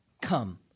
come